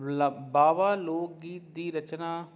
ਲਬ ਬਾਵਾ ਲੋਕ ਗੀਤ ਦੀ ਰਚਨਾ